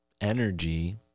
energy